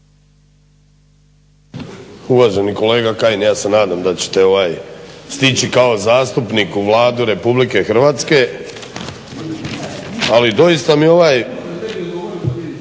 Uvaženi kolega Kajin, ja se nadam da ćete stići kao zastupnik u Vladu RH ali dosita mi ovaj,